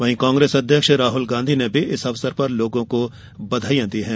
वहीं कांग्रेस अध्यक्ष राहुल गांधी ने भी इस अवसर पर लोगों को बधाई दी है